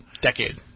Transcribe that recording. decade